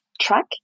track